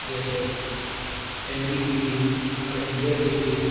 جیسے N D T V اور India T وی